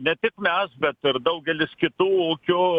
ne tik mes bet ir daugelis kitų ūkio